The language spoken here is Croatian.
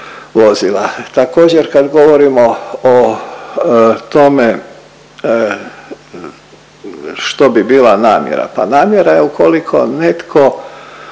vozila. Također, kad govorimo o tome što bi bila namjera, pa namjera je ukoliko netko